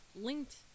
linked